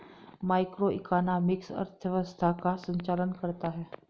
macroeconomics अर्थव्यवस्था का संचालन करता है